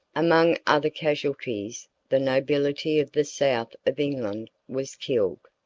among other casualties, the nobility of the south of england was killed.